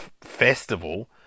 festival